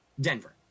Denver